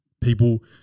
People